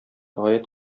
гаять